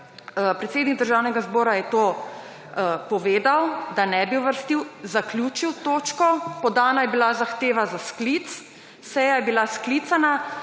predsednik Državnega zbora je to povedal, da nebi uvrstil, zaključil točko. Podana je bila zahteva za sklic, seja je bila sklicana.